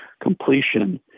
completion